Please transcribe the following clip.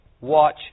watch